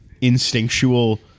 instinctual